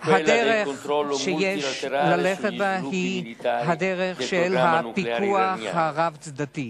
הדרך שיש ללכת בה היא דרך של פיקוח רב-צדדי,